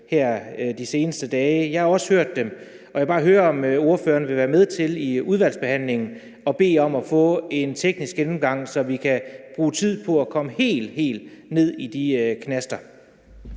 her de seneste dage. Jeg har også hørt om dem, og jeg vil bare høre, om ordføreren vil være med til i udvalgsbehandlingen at bede om at få en teknisk gennemgang, så vi kan bruge tid på at komme helt, helt ned i de knaster.